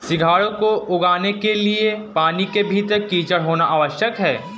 सिंघाड़े को उगाने के लिए पानी के भीतर कीचड़ होना आवश्यक है